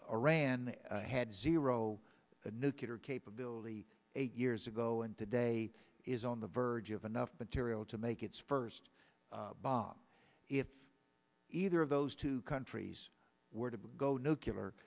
aranda had zero nuclear capability eight years ago and today is on the verge of enough material to make its first bomb if either of those two countries were to go nucular